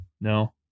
No